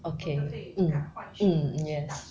okay okay mm mm yes